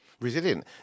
Resilient